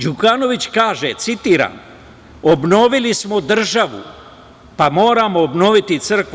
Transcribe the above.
Đukanović kaže, citiram: „Obnovili smo državu, pa moramo obnoviti i crkvu“